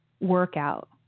workout